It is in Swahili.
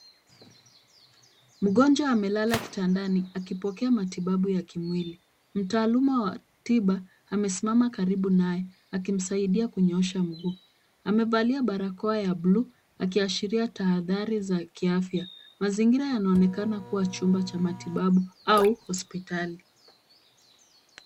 Mgonjwa amelala kitandani akipokea matibabu ya kimwili. Mtaaluma wa tiba amesimama karibu naye akimsaidia kunyoosha mguu. Amevalia barakoa ya buluu, akiashiria tahadhari za kiafya. Mazingira yanaonekana kuwa chumba cha matibabu au hospitali.